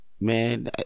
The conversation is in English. Man